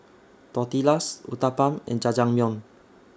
Tortillas Uthapam and Jajangmyeon